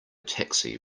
taxi